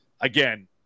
again